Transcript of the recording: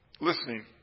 listening